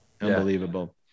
Unbelievable